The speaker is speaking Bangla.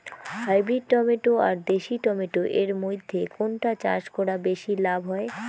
হাইব্রিড টমেটো আর দেশি টমেটো এর মইধ্যে কোনটা চাষ করা বেশি লাভ হয়?